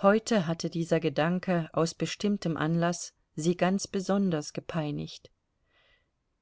heute hatte dieser gedanke aus bestimmtem anlaß sie ganz besonders gepeinigt